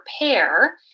prepare